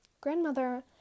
grandmother